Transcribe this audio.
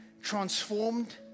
transformed